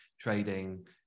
trading